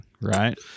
Right